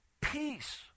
Peace